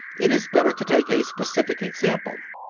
it is better to take a specific example.